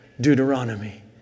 Deuteronomy